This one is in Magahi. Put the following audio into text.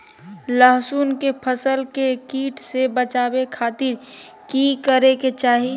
लहसुन के फसल के कीट से बचावे खातिर की करे के चाही?